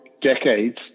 decades